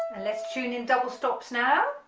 and let's tune in double stops now